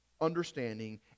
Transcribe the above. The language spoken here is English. understanding